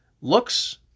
Looks